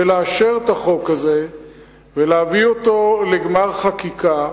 ולאשר את החוק ולהביא אותו לגמר חקיקה,